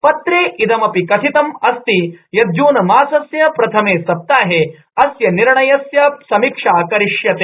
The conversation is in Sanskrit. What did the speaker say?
पत्रे इदमपि कथितम अस्ति यत जूनमासस्य प्रथमे सप्ताहे अस्य निर्णयस्य समीक्षा करिष्यते